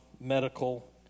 medical